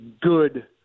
good